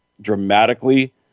dramatically